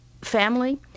family